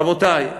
רבותי,